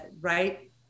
right